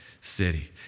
city